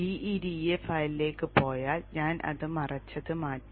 gEDA ഫയലിലേക്ക് പോയാൽ ഞാൻ അത് മറച്ചത് മാറ്റി